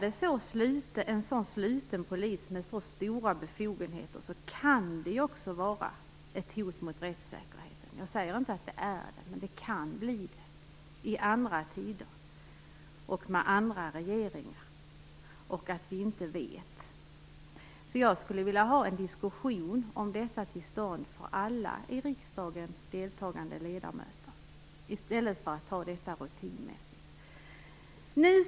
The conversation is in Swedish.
En så sluten polis med så stora befogenheter kan också vara ett hot mot rättssäkerheten. Jag säger inte att det är det, men det kan bli det i andra tider och med andra regeringar. Vi vet ju inte. Jag skulle alltså vilja ha en diskussion om detta till stånd för alla ledamöter i riksdagen i stället för att ta detta rutinmässigt.